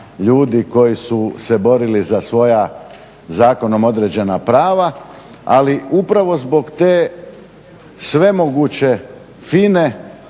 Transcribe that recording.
ljudi koji su se borili za svoja zakonom određena prava, ali upravo zbog te svemoguće